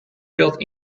built